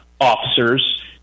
officers